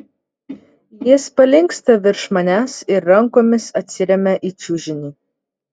jis palinksta virš manęs ir rankomis atsiremia į čiužinį